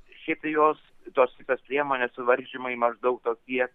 šiaip tai jos tos visos priemonės suvaržymai maždaug tokie